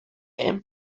and